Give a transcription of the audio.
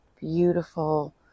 beautiful